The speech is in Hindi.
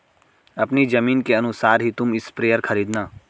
अपनी जमीन के अनुसार ही तुम स्प्रेयर खरीदना